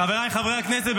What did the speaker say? חבריי חברי הכנסת,